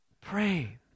pray